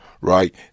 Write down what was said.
right